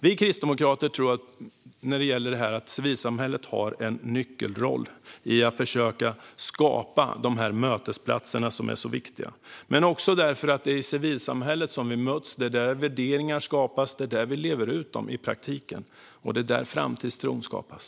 Vi kristdemokrater tror att civilsamhället har en nyckelroll i att försöka skapa dessa mötesplatser som är så viktiga, också därför att det är i civilsamhället som vi möts, det är där värderingar skapas, det är där som vi i praktiken lever ut dem och det är där framtidstron skapas.